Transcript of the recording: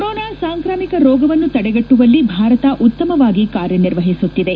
corona ಸಾಂಕ್ರಾಮಿಕ ರೋಗವನ್ನು ಶಡೆಗಬ್ಲುವಲ್ಲಿ ಭಾರತ ಉತ್ತಮವಾಗಿ ಕಾರ್ಯ ನಿರ್ವಹಿಸುತ್ತಿದೆ